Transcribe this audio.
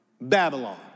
Babylon